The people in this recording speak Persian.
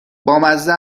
بامزه